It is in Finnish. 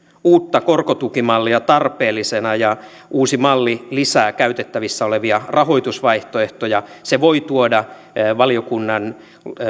uutta korkotukimallia tarpeellisena uusi malli lisää käytettävissä olevia rahoitusvaihtoehtoja se voi tuoda valiokunnan